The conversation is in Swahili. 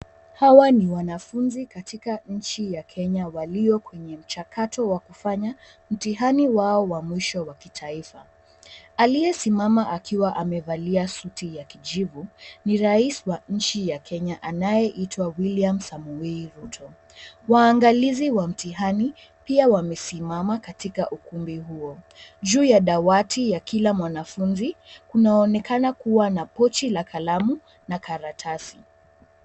Hawa ni wanafunzi katika nchi ya Kenya walio kwenye mchakato wa kufanya mtihani wao wa mwisho wa kitaifa. Aliyesimama akiwa amevalia suti ya kijivu, ni rais wa nchi ya Kenya anayeitwa William Samoeai Ruto . Waangalizi wa mtihani pia wamesimama katika ukumbi huo. Juu ya dawati ya kila mwanafunzi kunaonekana kuwa na pochi la kalamu na karatasi.